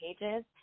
pages